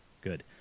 Good